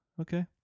okay